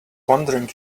wondering